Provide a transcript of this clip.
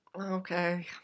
Okay